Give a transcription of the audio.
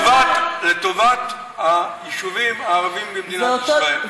לטובת היישובים הערביים במדינת ישראל.